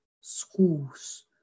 schools